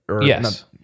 Yes